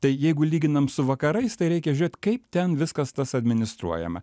tai jeigu lyginam su vakarais tai reikia žiūrėt kaip ten viskas tas administruojama